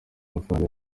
mafaranga